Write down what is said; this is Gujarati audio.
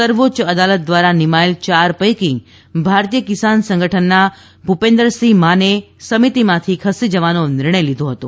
સર્વોચ્ય અદાલત દ્વારાનિમાયેલ યાર પૈકી ભારતીય કિસાન સંગઠનના ભુપીન્દરસિંહ માને સમિતીમાંથી ખસી જવાનો નિર્ણય લીધો હતો